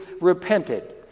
repented